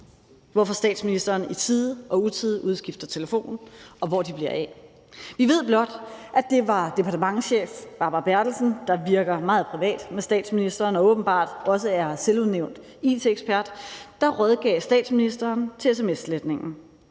hvorfor statsministeren i tide og utide udskifter telefon, og hvor telefonerne bliver af. Vi ved blot, at det var departementschef Barbara Bertelsen, der virker meget privat med statsministeren og åbenbart også er selvudnævnt it-ekspert, som rådgav statsministeren til sms-sletningen.